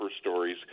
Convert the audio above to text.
stories